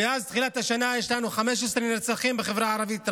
מאז תחילת השנה יש לנו 15 נרצחים בחברה הערבית,